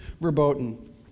verboten